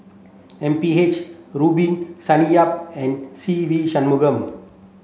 M P H Rubin Sonny Yap and Se Ve Shanmugam